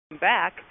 back